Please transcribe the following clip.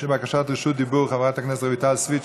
יש בקשת רשות דיבור של חברת הכנסת רויטל סויד,